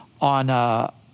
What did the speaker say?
on